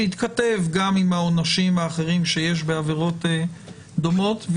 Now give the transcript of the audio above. שהתכתב גם עם העונשים האחרים שיש בעבירות דומות,